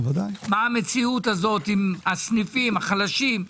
מה המציאות עם הסניפים החלשים,